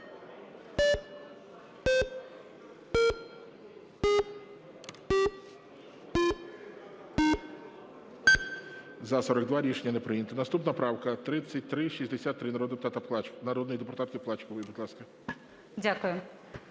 За-42 Рішення не прийнято. Наступна правка 3363, народної депутатки Плачкової. Будь ласка.